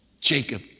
Jacob